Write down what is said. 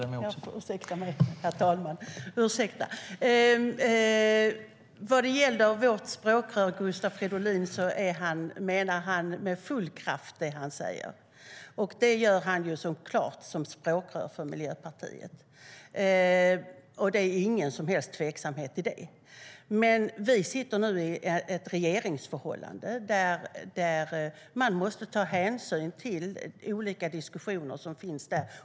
STYLEREF Kantrubrik \* MERGEFORMAT Statliga företagVi sitter nu med i regeringen, och då måste man ta hänsyn till olika diskussioner som förs.